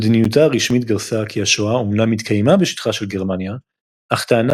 מדיניותה הרשמית גרסה כי השואה אמנם התקיימה בשטחה של גרמניה אך טענה